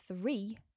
three